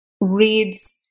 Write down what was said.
reads